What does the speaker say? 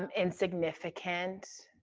um insignificant.